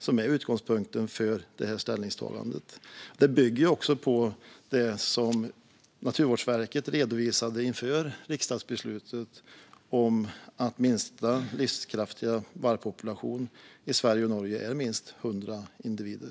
Det är utgångspunkten för det här ställningstagandet. Det bygger också på det som Naturvårdsverket redovisade inför riksdagsbeslutet om att minsta livskraftiga vargpopulation i Sverige och Norge är 100 individer.